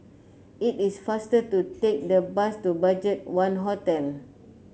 it is faster to take the bus to Budget One Hotel